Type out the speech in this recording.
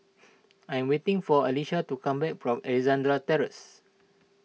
I'm waiting for Ayesha to come back from Alexandra Terrace